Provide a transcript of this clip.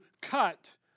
cut